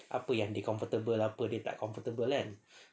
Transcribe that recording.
apa yang dia comfortable apa yang dia tak comfortable kan